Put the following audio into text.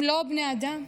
הם לא בני אדם,